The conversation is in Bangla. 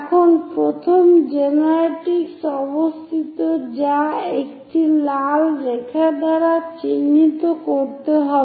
এখানে প্রথম জেনারেট্রিক্স অবস্থিত যা একটি লাল রেখা দ্বারা চিহ্নিত করতে হবে